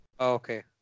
Okay